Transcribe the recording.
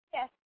Yes